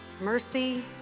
mercy